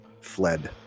fled